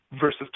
versus